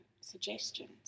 suggestions